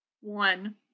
One